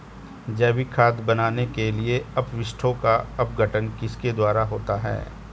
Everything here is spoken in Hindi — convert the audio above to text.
जैविक खाद बनाने के लिए अपशिष्टों का अपघटन किसके द्वारा होता है?